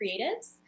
creatives